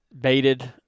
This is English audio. baited